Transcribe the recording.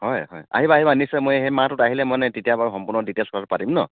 হয় হয় আহিবা আহিবা নিশ্চয় মই এই মাহটোত আহিলে মানে তেতিয়া বাৰু সম্পূৰ্ণ দিটেইলচত পাতিম ন'